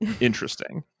interesting